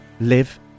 live